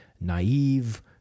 naive